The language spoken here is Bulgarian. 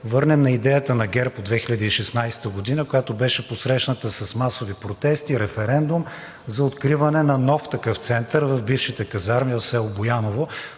върнем на идеята на ГЕРБ от 2016 г., която беше посрещната с масови протести, референдум, за откриване на нов такъв център в бившите казарми в село Бояново?